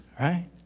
right